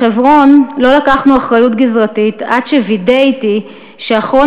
בחברון לא לקחנו אחריות גזרתית עד שווידא אתי שאחרון